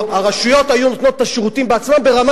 הרשויות היו נותנות את השירותים בעצמן ברמה